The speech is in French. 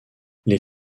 les